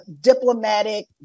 diplomatic